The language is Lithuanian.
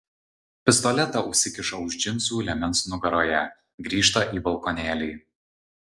pistoletą užsikiša už džinsų liemens nugaroje grįžta į balkonėlį